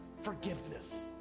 forgiveness